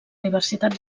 universitat